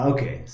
Okay